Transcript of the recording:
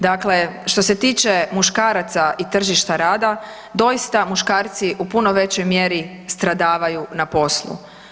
Dakle, što se tiče muškaraca i tržišta rada, doista muškarci u puno većoj mjeri stradavaju na poslu.